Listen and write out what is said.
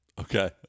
Okay